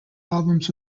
albums